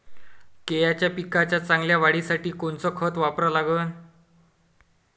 केळाच्या पिकाच्या चांगल्या वाढीसाठी कोनचं खत वापरा लागन?